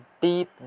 deep